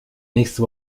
nächste